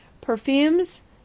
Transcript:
Perfumes